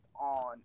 on